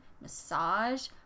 massage